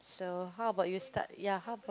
so how about you start ya how about